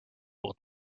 will